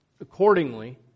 Accordingly